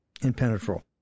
Impenetrable